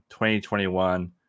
2021